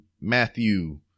Matthew